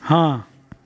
हाँ